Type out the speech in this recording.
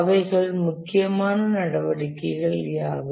அவைகள் முக்கியமான நடவடிக்கைகள் யாவை